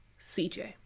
CJ